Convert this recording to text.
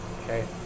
Okay